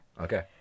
okay